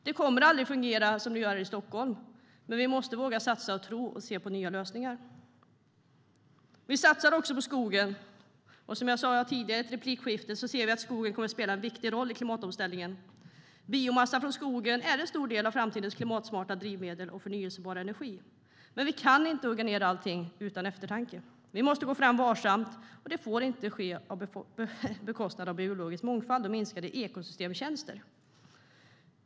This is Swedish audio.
Det kommer aldrig att fungera som det gör här i Stockholm, men vi måste våga satsa, tro och se på nya lösningar. Vi satsar även på skogen. Som jag sa i ett replikskifte tidigare ser vi att skogen kommer att spela en viktig roll i klimatomställningen. Biomassa från skogen är en stor del av framtidens klimatsmarta drivmedel och förnybar energi, men vi kan inte hugga ned allting utan eftertanke. Vi måste gå fram varsamt, och det får inte ske på bekostnad av biologisk mångfald och minskade ekosystemtjänster.